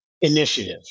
Initiative